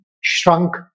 shrunk